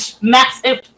massive